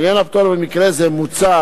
לעניין הפטור במקרה זה, מוצע